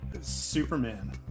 Superman